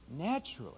naturally